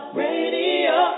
radio